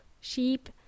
sheep